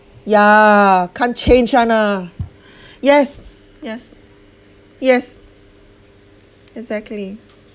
ya can't change [one] lah yes yes yes exactly